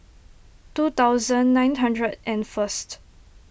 two thousand nine hundred and first